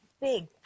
big